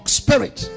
spirit